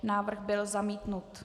Návrh byl zamítnut.